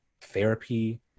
therapy